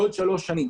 בעוד שלוש שנים.